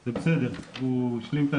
זה בסדר, הוא השלים.